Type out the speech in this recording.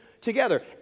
together